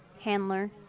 Handler